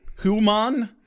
human